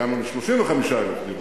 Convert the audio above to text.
הגענו ל-35,000 דירות.